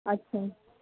अच्छा